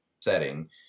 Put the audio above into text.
setting